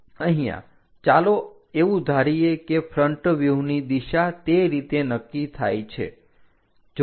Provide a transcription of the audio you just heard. તો અહીંયા ચાલો એવું ધારીએ કે ફ્રન્ટ વ્યુહની દિશા તે રીતે નક્કી થાય છે